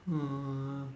uh